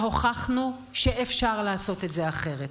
והוכחנו שאפשר לעשות את זה אחרת.